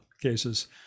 cases